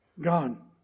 gone